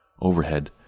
Overhead